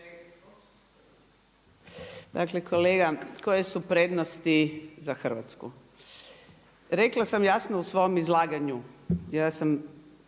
Dakle kolega, koje su prednosti za Hrvatsku? Rekla sam jasno u svom izlaganju, ja sam